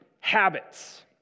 habits